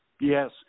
Yes